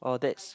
oh that's